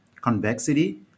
convexity